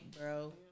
bro